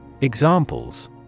Examples